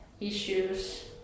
issues